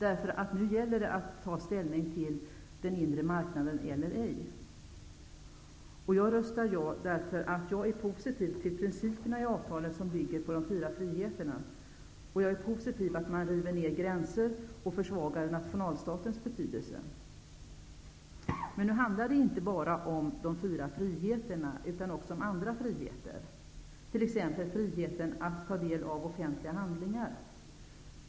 Nu gäller det att ta ställning till den inre marknaden eller ej. Jag röstar ja därför att jag är positiv till principerna i avtalet som bygger på de fyra friheterna. Jag är positiv till att man river ner gränser och försvagar nationalstatens betydelse. Nu handlar det inte bara om de fyra friheterna utan också andra friheter, t.ex. friheten att ta del av offentliga handlingar.